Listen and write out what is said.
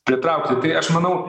pritraukti tai aš manau